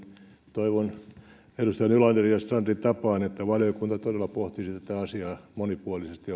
toivon edustaja nylanderin ja strandin tapaan että valiokunta todella pohtisi tätä asiaa monipuolisesti